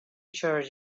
charge